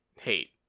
hate